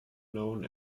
known